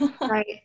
Right